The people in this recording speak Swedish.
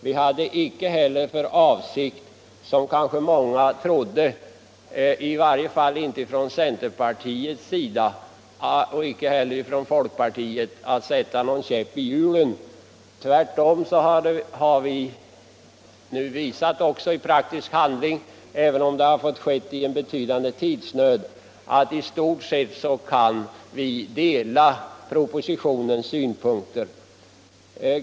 Vi hade inte heller för avsikt — vilket kanske många trodde — i varje fall inte från centerpartiets sida och inte heller från folkpartiets att sätta någon käpp i hjulen. Tvärtom har vi nu visat också i praktisk handling, även om det har fått ske i en betydande tidsnöd, att i stort sett kan vi ansluta oss till synpunkterna i propositionen.